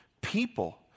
people